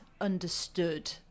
understood